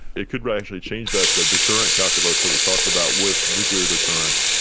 it could gradually change that ah deterrent calculus that we talked about with nuclear deterrence.